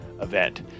event